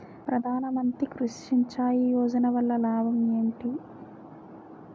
ప్రధాన మంత్రి కృషి సించాయి యోజన వల్ల లాభం ఏంటి?